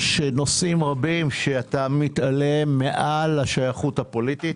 יש נושאים רבים שאתה מתמודד איתם מעל השייכות הפוליטית,